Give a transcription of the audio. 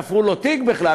תפרו לו תיק בכלל,